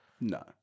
No